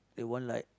they want like